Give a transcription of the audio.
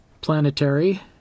planetary